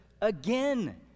again